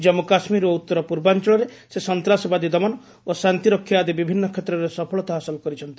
କାମ୍ପ କାଶ୍ୱୀର ଓ ଉତ୍ତରପୂର୍ବାଞ୍ଚଳରେ ସେ ସନ୍ତାସବାଦୀ ଦମନ ଓ ଶାନ୍ତିରକ୍ଷା ଆଦି ବିଭିନ୍ନ କ୍ଷେତ୍ରରେ ସଫଳତା ହାସଲ କରିଛନ୍ତି